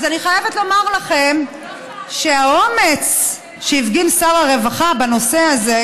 אז אני חייבת לומר לכם שהאומץ שהפגין שר הרווחה בנושא הזה,